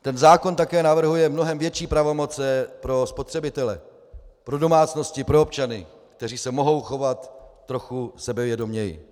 Ten zákon také navrhuje mnohem větší pravomoci pro spotřebitele, pro domácnosti, pro občany, kteří se mohou chovat trochu sebevědoměji.